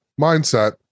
mindset